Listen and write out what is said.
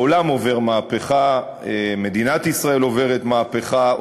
העולם עובר מהפכה, מדינת ישראל עוברת מהפכה.